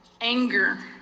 anger